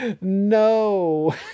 No